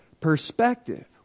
perspective